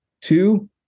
Two